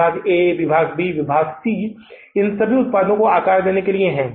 विभाग ए विभाग बी और विभाग सी इन सभी उत्पादों को आकार देने के लिए है